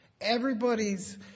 everybody's